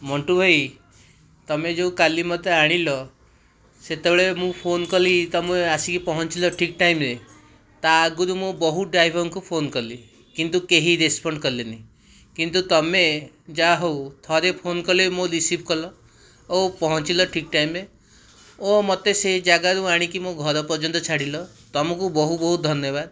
ମଣ୍ଟୁ ଭାଇ ତୁମେ ଯେଉଁ କାଲି ମୋତେ ଆଣିଲ ସେତେବେଳେ ମୁଁ ଫୋନ୍ କଲି ତୁମେ ଆସିକି ପହଞ୍ଚିଲ ଠିକ୍ ଟାଇମ୍ରେ ତା' ଆଗରୁ ମୁଁ ବହୁତ ଡ୍ରାଇଭର୍ଙ୍କୁ ଫୋନ୍ କଲି କିନ୍ତୁ କେହି ରେସପଣ୍ଡ୍ କଲେନି କିନ୍ତୁ ତୁମେ ଯାହାହେଉ ଥରେ ଫୋନ୍ କଲେ ତୁମେ ରିସିଭ୍ କଲ୍ ଓ ପହଞ୍ଚିଲ ଠିକ୍ ଟାଇମ୍ରେ ଓ ମୋତେ ସେ ଜାଗାରୁ ଆଣିକି ମୋ ଘର ପର୍ଯ୍ୟନ୍ତ ଛାଡ଼ିଲ ତୁମକୁ ବହୁ ବହୁ ଧନ୍ୟବାଦ